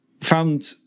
found